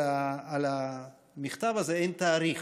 על המכתב הזה אין תאריך,